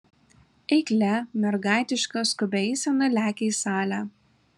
eiklia mergaitiška skubia eisena lekia į salę